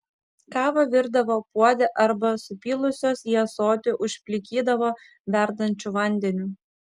kavą virdavo puode arba supylusios į ąsotį užplikydavo verdančiu vandeniu